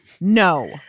No